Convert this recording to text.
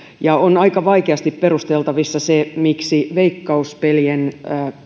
ja on aika vaikeasti perusteltavissa se miksi veikkaus pelien